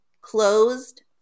Closed